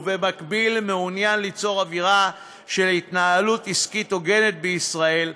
ובמקביל מעוניין ליצור אווירה של התנהלות עסקית הוגנת בישראל,